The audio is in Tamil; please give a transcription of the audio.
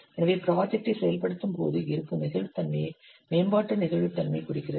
எனவே ப்ராஜெக்ட்டை செயல்படுத்தும்போது இருக்கும் நெகிழ்வுத்தன்மையைக் மேம்பாட்டு நெகிழ்வுத்தன்மை குறிக்கிறது